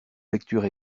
lecture